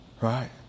right